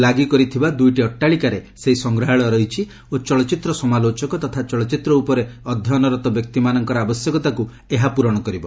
ଲାଗି କରିଥିବା ଦୁଇଟି ଅଟ୍ଟାଳିକାରେ ସେହି ସଂଗ୍ରହାଳୟ ରହିଛି ଓ ଚଳଚ୍ଚିତ୍ର ସମାଲୋଚକ ତଥା ଚଳଚ୍ଚିତ୍ର ଉପରେ ଅଧ୍ୟୟନରତ ବ୍ୟକ୍ତିମାନଙ୍କର ଆବଶ୍ୟକତାକୁ ଏହା ପୂରଣ କରିବ